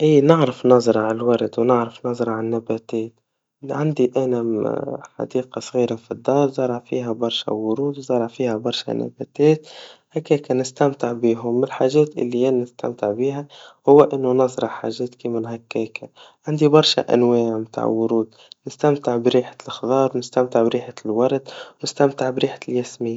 إي نعرف نزرع الورد, ونعرف نزرع النباتات, عندي أنا مم- حديقا صغيرا في الدار, زارع فيها برشا ورود, وزارع فيها برشا نباتات, هكاكا نستمتع بيهم, من الحاجات اللي أنا نستمتع بيها, هوا إنه نزرع حاجات كيما هكاكا, وعندي برسا أنواع متوع ورود, نستمتع بريجة الخضار, نستتع بريحة الرد, نستتع بريحة الياسمين.